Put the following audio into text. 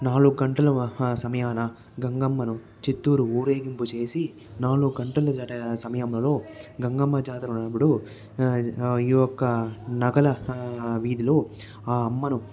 నాలుగు గంటల సమయాన గంగమ్మను చిత్తూరు ఊరేగింపు చేసి నాలుగు గంటల సమయంలో గంగమ్మ జాతర ఉన్నప్పుడు ఈ యొక్క నగల వీధిలో ఆ అమ్మను